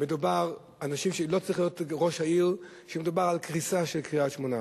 לא צריך להיות ראש העיר כשמדובר על קריסה של קריית-שמונה.